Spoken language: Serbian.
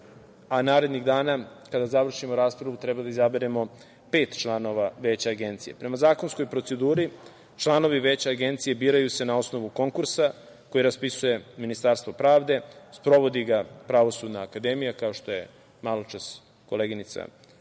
a narednih dana kada završimo raspravu treba da izaberemo pet članova Veća Agencije. Prema zakonskoj proceduri članovi Veća Agencije biraju se na osnovu konkursa koji raspisuje Ministarstvo pravde. Sprovodi ga Pravosudna akademija, kao što je maločas koleginica